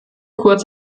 kurz